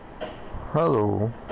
Hello